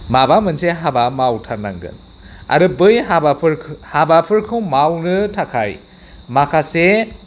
माबा मोनसे हाबा मावथारनांगोन आरो बै हाबाफोरखौ हाबाफोरखौ मावनो थाखाय माखासे